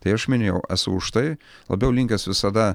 tai aš minėjau esu už tai labiau linkęs visada